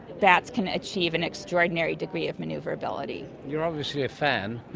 bats can achieve an extraordinary degree of manoeuvrability. you're obviously a fan.